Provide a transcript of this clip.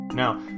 Now